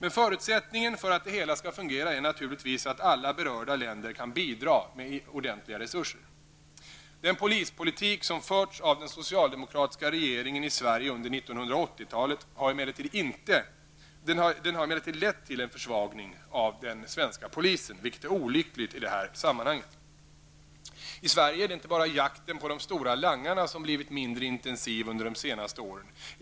En förutsättning för att det hela skall fungera är naturligtvis att alla berörda länder kan bidra med ordentliga resurser. Den polispolitik som har förts av den socialdemokratiska regeringen i Sverige under 1980-talet har emellertid lett till en försvagning av den svenska polisen, vilket är olyckligt i det här sammanhanget. I Sverige är det inte bara jakten på de stora langarna som har blivit mindre intensiv under de senaste åren.